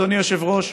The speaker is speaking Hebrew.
אדוני היושב-ראש,